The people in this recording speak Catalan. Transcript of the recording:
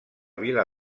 vila